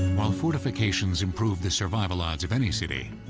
while fortifications improved the survival odds of any city,